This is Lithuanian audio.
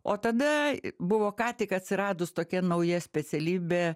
o tada buvo ką tik atsiradus tokia nauja specialybė